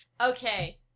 okay